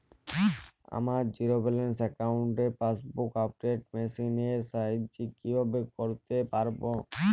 আমার zero balance অ্যাকাউন্টে passbook update machine এর সাহায্যে কীভাবে করতে পারব?